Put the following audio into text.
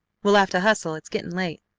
we'll have to hustle. it's getting late.